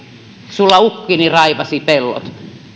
sulla ukkini raivasi pellot